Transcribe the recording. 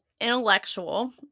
Intellectual